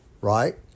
right